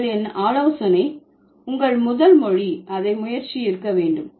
நீங்கள் என் ஆலோசனை உங்கள் முதல் மொழி அதை முயற்சி இருக்க வேண்டும்